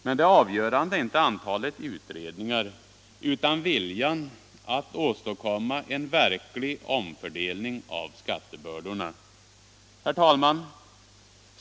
Men det avgörande är inte antalet utredningar utan viljan att åstadkomma en verklig omfördelning av skattebördorna. Herr talman!